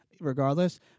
regardless